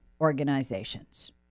organizations